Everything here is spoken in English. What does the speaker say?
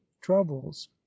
troubles